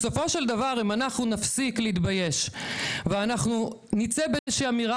בסופו של דבר אם אנחנו נפסיק להתבייש ואנחנו נצא באיזושהי אמירה